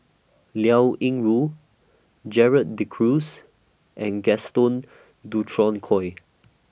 Liao Yingru Gerald De Cruz and Gaston Dutronquoy